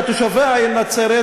לתושבי העיר נצרת,